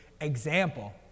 example